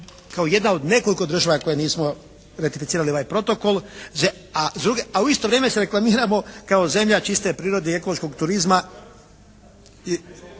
kao jedna od nekoliko država koje nismo ratificirali ovaj protokol, a s druge, a u isto vrijeme se reklamiramo kao zemlja čiste prirode i ekološkog turizma